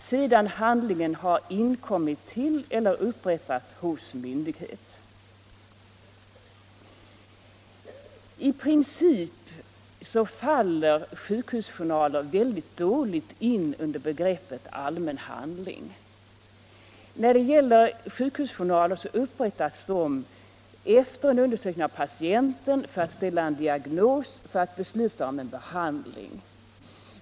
sedan handlingen har inkommit till eller upprättats hos myndighet. I princip faller sjukhusjournaler mycket dåligt in under begreppet allmän handling. Sjukhusjournaler upprättas efter en undersökning av patienten för att ställa en diagnos, för att besluta om en behandling.